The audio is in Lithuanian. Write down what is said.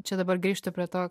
čia dabar grįžtu prie to